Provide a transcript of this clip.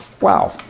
Wow